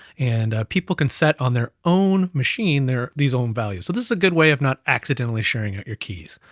and people can set on their own machine there, these own values. so this is a good way of not accidentally sharing out your keys.